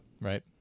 Right